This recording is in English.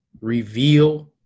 reveal